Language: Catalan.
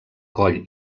coll